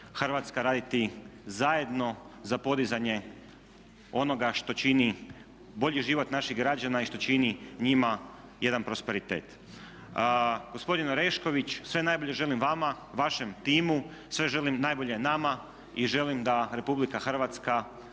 Hrvatska raditi zajedno za podizanje onoga što čini bolji život naših građana i što čini njima jedan prosperitet. Gospodin Orešković, sve najbolje želim vama, vašem timu. Sve želim najbolje nama i želim da Republika Hrvatska